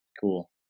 cool